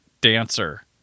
dancer